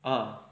a